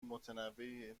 متنوعی